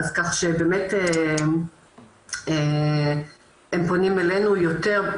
כך שהם פונים אלינו יותר.